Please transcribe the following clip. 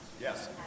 Yes